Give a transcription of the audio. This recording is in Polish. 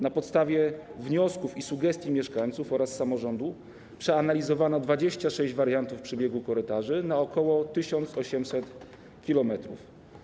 Na podstawie wniosków i sugestii mieszkańców oraz samorządu przeanalizowano 26 wariantów przebiegu korytarzy na ok. 1800 km.